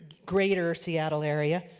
greater seattle area.